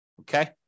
Okay